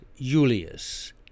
Julius